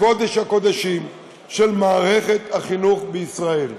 לקודש הקודשים של מערכת החינוך בישראל.